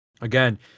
again